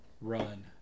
run